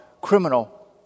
criminal